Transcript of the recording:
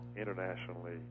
internationally